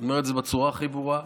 אני אומר את זה בצורה הכי ברורה,